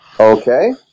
Okay